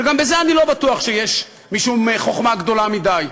וגם בזה אני לא בטוח שיש משום חוכמה גדולה מדי.